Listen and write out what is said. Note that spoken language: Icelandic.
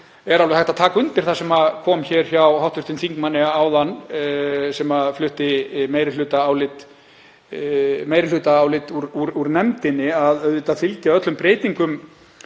er alveg hægt að taka undir það sem kom fram hjá hv. þingmanni áðan sem flutti meirihlutaálit úr nefndinni, að auðvitað fylgja öllum breytingum